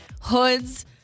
hoods